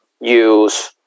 use